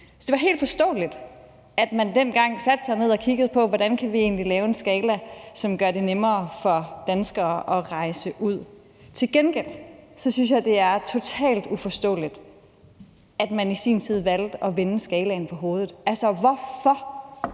Så det var helt forståeligt, at man dengang satte sig ned og kiggede på, hvordan vi egentlig kunne lave en skala, som gjorde det nemmere for danskere at rejse ud. Til gengæld synes jeg, det er totalt uforståeligt, at man i sin tid valgte at vende skalaen på hovedet. Altså, hvorfor?